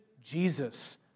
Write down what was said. Jesus